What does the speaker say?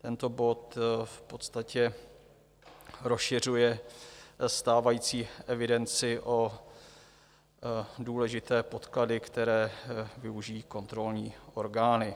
Tento bod v podstatě rozšiřuje stávající evidenci o důležité podklady, které využijí kontrolní orgány.